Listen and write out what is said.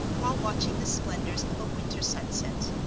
while watching the splendors of a winter sunset.